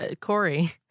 Corey